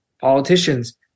politicians